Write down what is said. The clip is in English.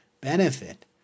benefit